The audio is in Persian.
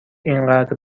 اینقدر